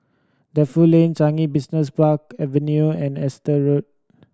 Defu Lane Changi Business Park Avenue and Exeter Road